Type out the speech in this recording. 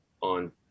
on